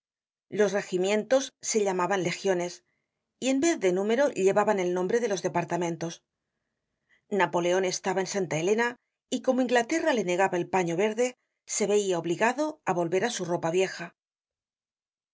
los regimientos se llamaban legiones y en vez de número llevaban el nombre de los departamentos napoleon estaba en santa elena y como inglaterra le negaba el paño verde se veia obligado á volver su ropa vieja